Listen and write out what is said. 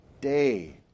day